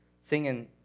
singing